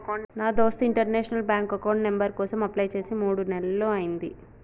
నా దోస్త్ international bank account number కోసం అప్లై చేసి మూడు నెలలయ్యింది